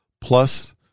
plus